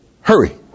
hurry